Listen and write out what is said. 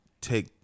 take –